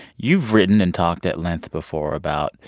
you've written and talked at length before about